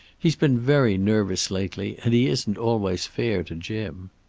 he's been very nervous lately, and he isn't always fair to jim.